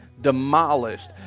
demolished